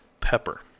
pepper